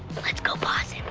let's go pause